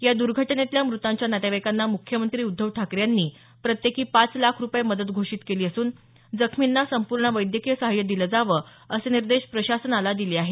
या दुर्घटनेतल्या मृतांच्या नातेवाईकांना मुख्यमंत्री उध्दव ठाकरे यांनी प्रत्येकी पाच लाख रुपये मदत घोषित केली असून जखमींना संपूर्ण वैद्यकीय साहाय्य दिलं जावं असे निर्देश प्रशासनाला दिले आहेत